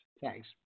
Thanks